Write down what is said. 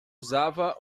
usava